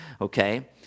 Okay